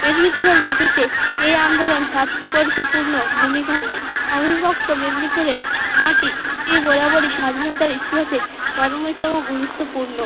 মেদিনীপুরের মাটিতে এই আন্দোলন তাৎপর্যপূর্ণ ভূমিকা নেয় অবিভক্ত মেদিনীপুরের মাটি ই বরাবরই স্বাধীনতার ইতিহাসে তর্মেতম গুরুত্বপূর্ণ